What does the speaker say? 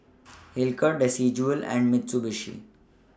Hilker Desigual and Mitsubishi